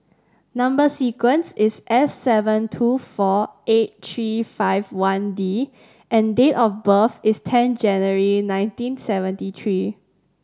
number sequence is S seven two four eight three five one D and date of birth is ten January nineteen seventy three